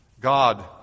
God